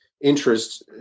interest